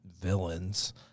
villains